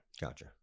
Gotcha